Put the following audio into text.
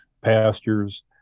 pastures